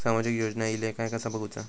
सामाजिक योजना इले काय कसा बघुचा?